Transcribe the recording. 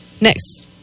next